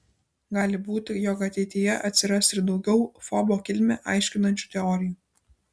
gali būti jog ateityje atsiras ir daugiau fobo kilmę aiškinančių teorijų